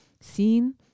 seen